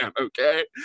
okay